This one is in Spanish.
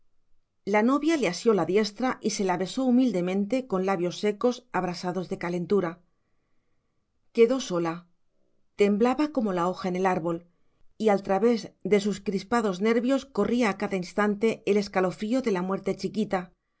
la novia le asió la diestra y se la besó humildemente con labios secos abrasados de calentura quedó sola temblaba como la hoja en el árbol y al través de sus crispados nervios corría a cada instante el escalofrío de la muerte chiquita